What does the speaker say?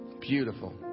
Beautiful